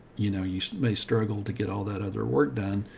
you know, you may struggle to get all that other work done.